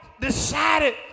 decided